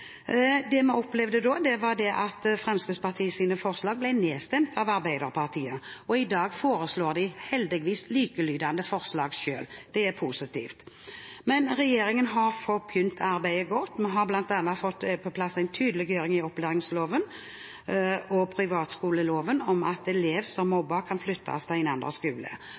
Det vi opplevde da, var at Fremskrittspartiets forslag ble nedstemt av Arbeiderpartiet. I dag foreslår de heldigvis likelydende forslag selv. Det er positivt. Regjeringen har begynt arbeidet godt. Vi har bl.a. fått på plass en tydeliggjøring i opplæringsloven og privatskoleloven om at en elev som mobber, kan flyttes til en annen skole.